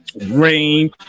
rain